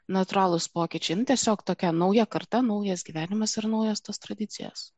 natūralūs pokyčiai nu tiesiog tokia nauja karta naujas gyvenimas ir naujos tos tradicijos